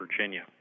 Virginia